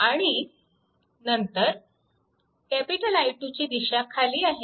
आणि नंतर I2 ची दिशा खाली आहे